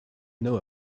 know